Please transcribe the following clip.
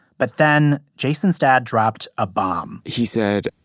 but then jason's dad dropped a bomb he said,